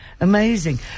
amazing